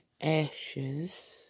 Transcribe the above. ashes